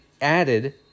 added